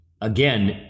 again